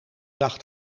dacht